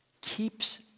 keeps